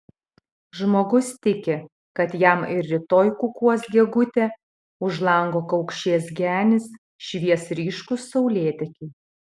žmogus tiki kad jam ir rytoj kukuos gegutė už lango kaukšės genys švies ryškūs saulėtekiai